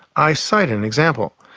i cited an example.